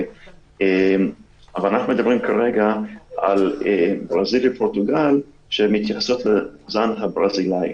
אנחנו מדברים כרגע על ברזיל ופורטוגל שמתייחסות לזן הברזילאי.